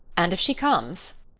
and if she comes,